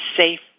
safe